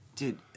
Dude